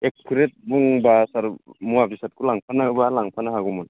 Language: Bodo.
एकुरेट बुंबा सार मुवा बेसादखौ लांफानोब्ला लांफानो हागौमोन